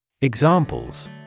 Examples